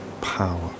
power